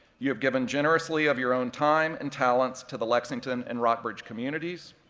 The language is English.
you have given generously of your own time and talents to the lexington and rockbridge communities,